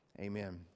Amen